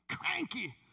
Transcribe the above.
cranky